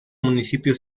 municipio